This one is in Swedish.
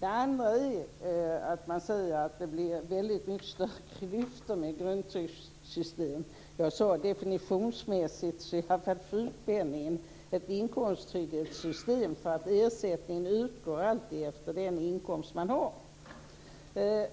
Det andra är att man säger att det blir väldigt mycket större klyftor med grundtrygghetssystem. Jag sade att definitionsmässigt är i alla fall sjukpenningen ett inkomsttrygghetssystem, för ersättningen utgår alltid från den inkomst man har. Det